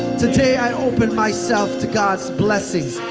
today, i open myself to god's blessings,